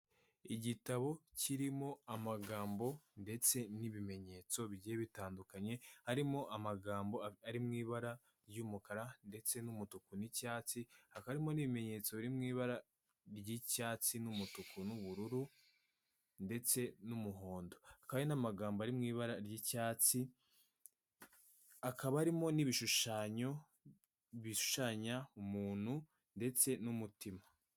Igitabo kirimo amagambo ndetse n'ibimenyetso bigiye bitandukanye harimo amagambo ari mu ibara ry'umukara, ndetse n'umutuku, n'icyatsi. Hakaba harimo n'ibimenyetso biri mu ibara ry'icyatsi, n'umutuku, n'ubururu, ndetse n'umuhondo. Hakaba hari n'amagambo ari mu ibara ry'icyatsi. Hakaba harimo n'ibishushanyo bishushanya umuntu ndetse n'umutima.